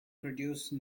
produce